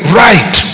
right